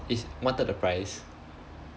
is one third the price